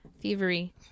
thievery